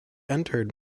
entered